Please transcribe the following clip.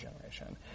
generation